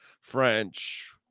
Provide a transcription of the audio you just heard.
French